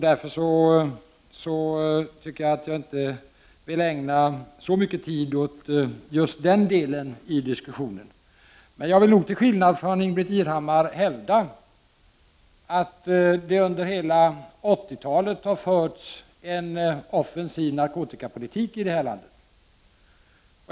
Därför vill jag inte ägna så mycket tid åt just den delen i diskussionen. Men jag vill, till skillnad från Ingbritt Irhammar, hävda att det under hela 80-talet har förts en offensiv narkotikapolitik i det här landet.